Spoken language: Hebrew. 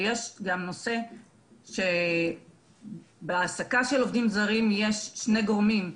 ויש גם נושא שבהעסקה של עובדים זרים יש שני גורמים,